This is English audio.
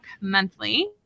Monthly